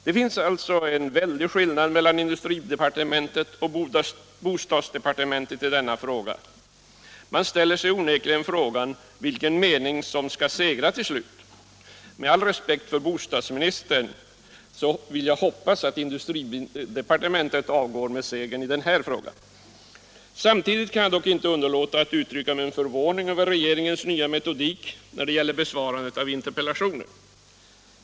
Det finns alltså en väldig skillnad mellan industridepartementet och bostadsdepartementet i denna fråga. Man ställer sig onekligen frågan vilken mening som skall segra till slut. Med all respekt för bostadsministern hoppas jag att industridepartementet avgår med segern i den här frågan. Samtidigt kan jag dock inte underlåta att uttrycka min förvåning över regeringens nya metodik när det gäller besvarandet av interpellationer.